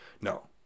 No